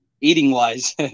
eating-wise